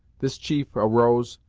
this chief arose,